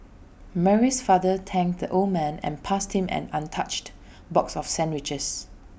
Mary's father thanked the old man and passed him an untouched box of sandwiches